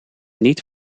niet